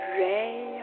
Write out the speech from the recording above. ray